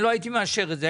אני לא הייתי מאשר את זה.